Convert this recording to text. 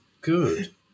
good